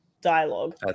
dialogue